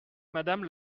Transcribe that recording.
madame